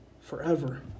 forever